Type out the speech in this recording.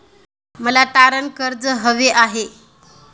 मला तारण कर्ज हवे आहे